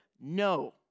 No